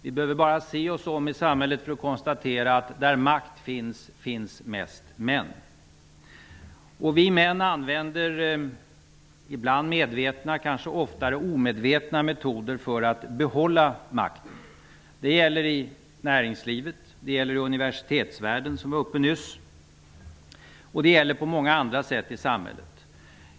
Vi behöver bara se oss om i samhället för att konstatera att det finns flest män där makten finns. Vi män använder ibland medvetna, men kanske oftare omedvetna, metoder för att behålla makten. Det gör vi i näringslivet, i universitetsvärlden -- som det nyss talades om -- och på många andra områden i samhället.